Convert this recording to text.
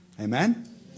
Amen